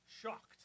shocked